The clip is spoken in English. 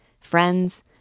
Friends